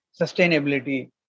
sustainability